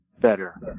better